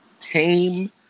Tame